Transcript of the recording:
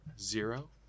zero